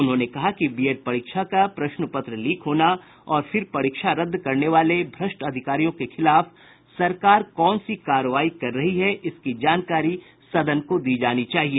उन्होंने कहा कि बीएड परीक्षा का प्रश्नपत्र लीक होना और फिर परीक्षा रद्द करने वाले भ्रष्ट अधिकारियों के खिलाफ सरकार कौन सी कार्रवाई कर रही है इसकी जानकारी सदन को दी जानी चाहिए